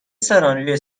سناریوی